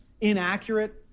inaccurate